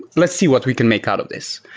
let's see what we can make out of this,